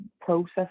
process